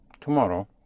Tomorrow